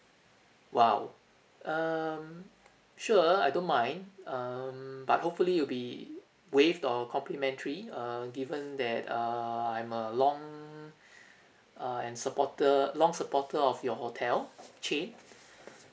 !wow! um sure I don't mind um but hopefully it'll be waived or complimentary err given that err I'm a long uh and supporter long supporter of your hotel chain